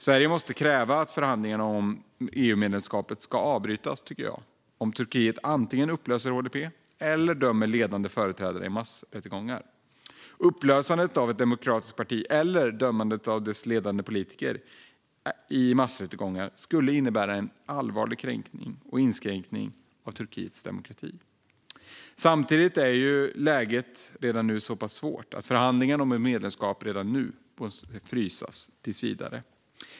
Sverige måste kräva att förhandlingarna om EU-medlemskap ska avbrytas, tycker jag, om Turkiet antingen upplöser HDP eller dömer ledande företrädare i massrättegångar. Upplösandet av ett demokratiskt parti och dömandet av dess ledande politiker i massrättegångar skulle innebära en allvarlig kränkning och inskränkning av Turkiets demokrati. Samtidigt är läget redan nu så pass svårt att förhandlingar om medlemskap måste frysas tills vidare.